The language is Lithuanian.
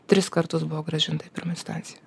tris kartus buvo grąžinta į pirmą instanciją